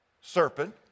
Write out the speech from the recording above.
serpent